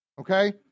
okay